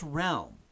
realm